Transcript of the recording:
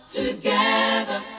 together